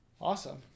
Awesome